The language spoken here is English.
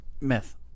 Myth